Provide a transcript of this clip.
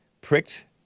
pricked